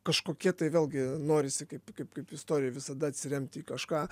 kažkokie tai vėlgi norisi kaip kaip kaip istorijoj visada atsiremt į kažką